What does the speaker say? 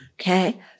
Okay